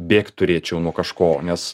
bėgt turėčiau nuo kažko nes